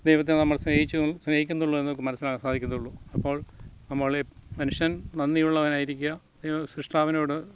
ദൈവത്തെ നമ്മൾ സ്നേഹിച്ചു സ്നേഹിക്കുന്നുള്ളൂ എന്ന് മനസ്സിലാക്കാൻ സാധിക്കത്തുള്ളൂ അപ്പോൾ നമ്മളെ മനുഷ്യൻ നന്ദിയുള്ളവനായിരിക്കുക സൃഷ്ടാവിനോട്